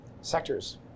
sectors